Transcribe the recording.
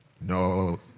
No